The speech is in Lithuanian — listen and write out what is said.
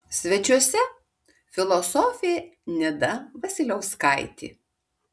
svečiuose filosofė nida vasiliauskaitė